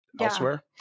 elsewhere